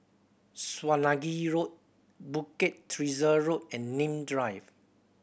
Swanage Road Bukit Teresa Road and Nim Drive